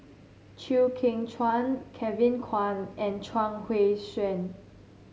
Chew Kheng Chuan Kevin Kwan and Chuang Hui Tsuan